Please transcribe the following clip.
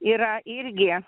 yra irgi